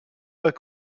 bas